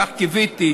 כך קיוויתי,